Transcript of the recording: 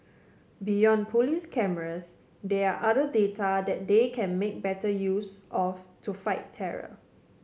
beyond police cameras there are other data that they can make better use of to fight terror